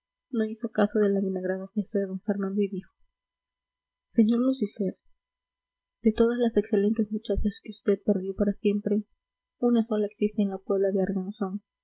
no hizo caso del avinagrado gesto de d fernando y dijo sr lucifer de todas las excelentes muchachas que vd perdió para siempre una sola existe en la puebla de